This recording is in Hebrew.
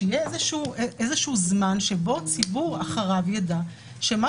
שיהיה איזשהו זמן שאחריו הציבור ידע שמה